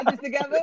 together